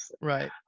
Right